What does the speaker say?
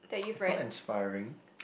I found inspiring